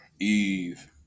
Eve